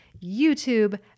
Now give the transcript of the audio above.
YouTube